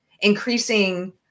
increasing